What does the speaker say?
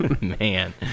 Man